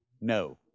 no